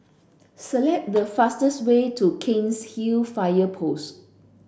select the fastest way to Cairnhill Fire Post